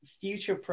future